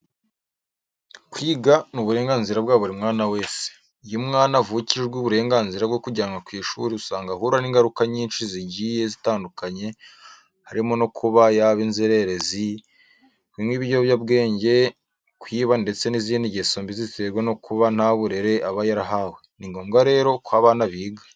Kwiga ni uburenganzira bwa buri mwana wese. Iyo umwana avukijwe uburenganzira bwo kujyanwa ku ishuri usanga ahura n'ingaruka nyinshi zigiye zitandukanye harimo nko kuba yaba inzererezi, kunywa ibiyobyabwenge, kwiba ndetse n'izindi ngeso mbi ziterwa no kuba nta burere aba yarahawe. Ni ngombwa rero ko abana biga.